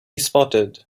spotted